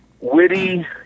witty